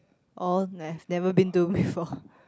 all math never been to before